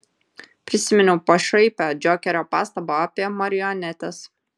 prisiminiau pašaipią džokerio pastabą apie marionetes